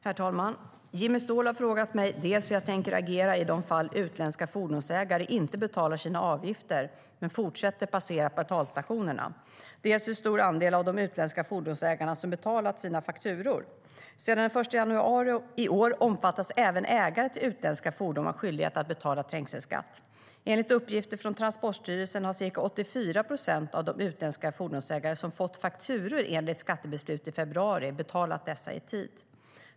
Herr talman! Jimmy Ståhl har frågat mig dels hur jag tänker agera i de fall utländska fordonsägare inte betalar sina avgifter men fortsätter att passera betalstationerna, dels hur stor andel av de utländska fordonsägarna som betalat sina fakturor. Sedan den 1 januari i år omfattas även ägare till utländska fordon av skyldigheten att betala trängselskatt. Enligt uppgifter från Transportstyrelsen har ca 84 procent av de utländska fordonsägare som fått fakturor enligt skattebeslut i februari betalat dessa i tid.